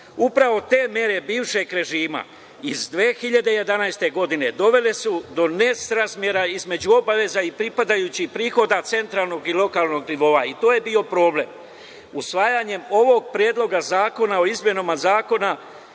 te mere bivšeg režima iz 2011. godine dovele su do nesrazmera između obaveza i pripadajućih prihoda centralnog i lokalnog nivoa, i to je bio problem. Usvajanjem ovog predloga zakona o izmenama zakona